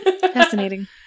Fascinating